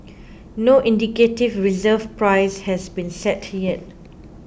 no indicative reserve price has been set yet